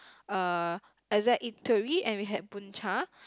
uh exact eatery and we had bun-cha